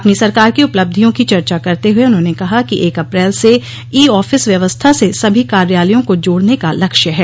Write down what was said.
अपनी सरकार की उपलब्धियों की चर्चा करते हुए उन्होंने कहा कि एक अप्रैल से ई आफिस व्यवस्था से सभी कार्यालयों को जोड़ने का लक्ष्य है